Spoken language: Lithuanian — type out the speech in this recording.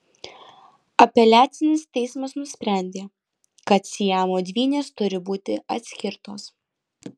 apeliacinis teismas nusprendė kad siamo dvynės turi būti atskirtos